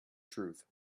truth